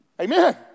Amen